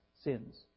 sins